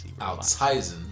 Altizen